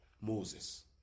Moses